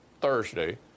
Thursday